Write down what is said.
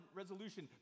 resolution